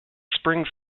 springs